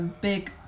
Big